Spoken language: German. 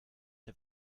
der